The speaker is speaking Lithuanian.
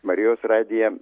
marijos radiją